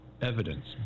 evidence